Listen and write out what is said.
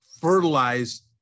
fertilize